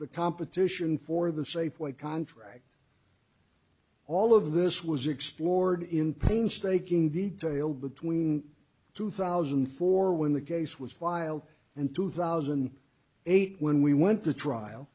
the competition for the safeway contract all of this was explored in painstaking detail between two thousand and four when the case was filed in two thousand and eight when we went to trial